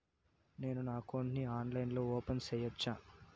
నేను నా అకౌంట్ ని ఆన్లైన్ లో ఓపెన్ సేయొచ్చా?